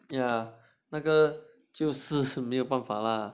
yeah 那个就是是没有办法啦你